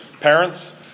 parents